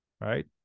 right